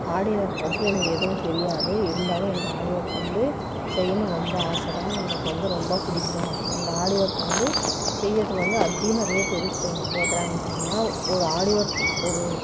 ஆரி work பற்றி எனக்கு எதுவும் தெரியாது இருந்தாலும் எனக்கு ஆரி ஒர்க் வந்து செய்யணுன்னு ரொம்ப ஆசை தான் எனக்கு வந்து ரொம்ப பிடிக்கும் அந்த ஆரி ஒர்க் வந்து செய்யறதுக்கு வந்து அதிகமாக ரேட் ஏதும் தே கேட்குறாங்கன்னு சொன்னால் ஒரு ஆரி ஒர்க் ஒரு